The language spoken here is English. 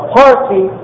party